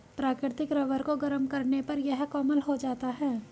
प्राकृतिक रबर को गरम करने पर यह कोमल हो जाता है